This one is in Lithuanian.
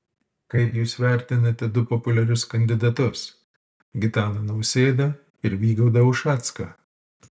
kaip jūs vertinate du populiarius kandidatus gitaną nausėdą ir vygaudą ušacką